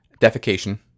defecation